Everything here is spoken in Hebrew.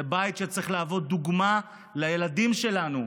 זה בית שצריך להוות דוגמה לילדים שלנו,